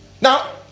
now